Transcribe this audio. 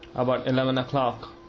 about eleven o'clock,